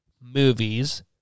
movies